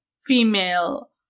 Female